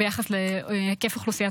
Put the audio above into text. התשפ"ד